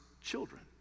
children